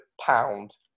pound